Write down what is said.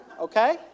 Okay